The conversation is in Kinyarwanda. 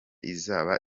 izaba